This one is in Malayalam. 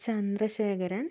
ചന്ദ്രശേഖരൻ